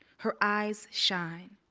her eyes shine.